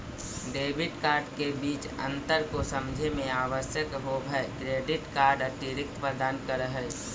Debit card के बीच अंतर को समझे मे आवश्यक होव है क्रेडिट कार्ड अतिरिक्त प्रदान कर है?